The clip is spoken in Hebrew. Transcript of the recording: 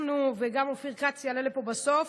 אנחנו, וגם אופיר כץ יעלה לפה בסוף,